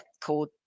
called